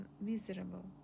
miserable